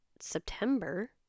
September